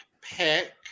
pick